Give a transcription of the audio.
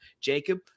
Jacob